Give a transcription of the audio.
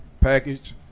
package